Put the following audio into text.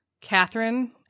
Catherine